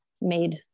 made